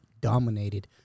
dominated